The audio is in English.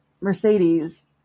Mercedes